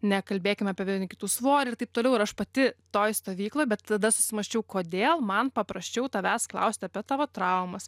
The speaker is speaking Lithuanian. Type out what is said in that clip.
nekalbėkime apie vieni kitų svorį ir taip toliau ir aš pati toj stovykloj bet tada susimąsčiau kodėl man paprasčiau tavęs klaust apie tavo traumas